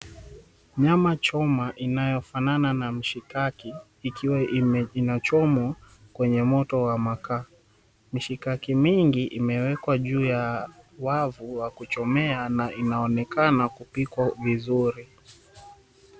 Nyama choma inayofanana na mshikaki ikiwa inachomwa kwenye moto wa makaa. Mishikaki mingi imewekwa juu ya wavu wa kuchomea na inaonekana kupikwa vizuri.